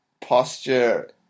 posture